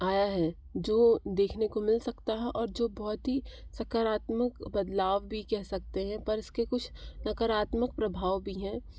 आया है जो देखने को मिल सकता है और जो बहुत ही सकारात्मक बदलाव भी कह सकते हैं पर इसके कुछ नकारात्मक प्रभाव भी हैं